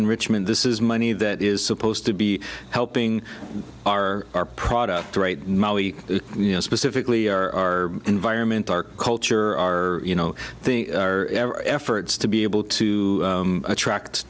enrichment this is money that is supposed to be helping are our products right molly you know specifically our environment our culture our you know the efforts to be able to attract